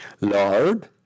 Lord